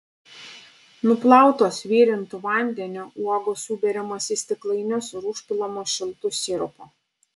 nuplautos virintu vandeniu uogos suberiamos į stiklainius ir užpilamos šiltu sirupu